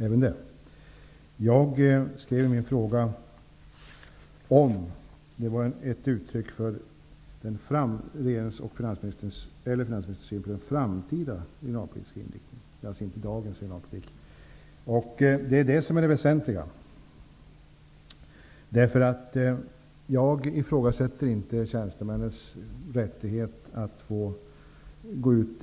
Min fråga gällde om dessa åsikter var förenliga med regeringens eller finansministerns syn på den framtida regionalpolitiska inriktningen, alltså inte dagens regionalpolitik. Det är det som är det väsentliga. Jag ifrågasätter inte tjänstemännens rättighet att